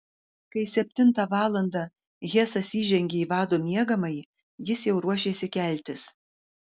kai septintą valandą hesas įžengė į vado miegamąjį jis jau ruošėsi keltis